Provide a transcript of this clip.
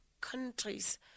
countries